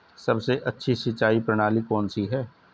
सबसे अच्छी सिंचाई प्रणाली कौन सी है?